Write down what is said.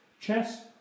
chess